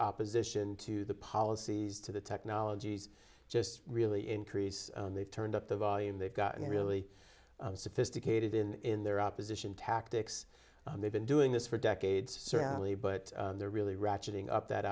opposition to the policies to the technologies just really increase and they've turned up the volume they've gotten really sophisticated in their opposition tactics and they've been doing this for decades certainly but they're really ratcheting up that